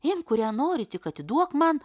imk kurią nori tik atiduok man